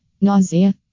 Nausea